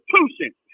institutions